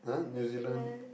New-Zealand